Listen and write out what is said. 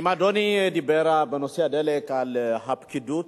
אם אדוני דיבר בנושא הדלק על הפקידות